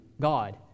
God